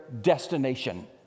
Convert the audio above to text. destination